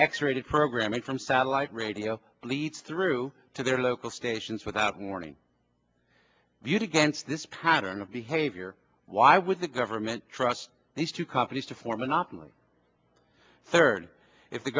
x rated programming from satellite radio leads through to their local stations without warning viewed against this pattern of behavior why would the government trust these two companies to form monopoly third if the